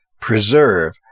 preserve